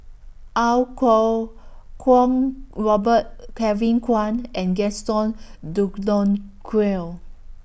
Iau Kuo Kwong Robert Kevin Kwan and Gaston Dutronquoy